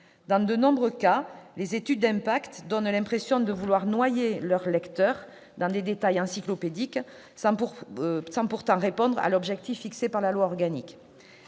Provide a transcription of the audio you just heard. Dans de nombreux cas, les études d'impact donnent l'impression d'être destinées à noyer leurs lecteurs sous des détails encyclopédiques, sans pour autant répondre à l'objectif fixé par la loi organique.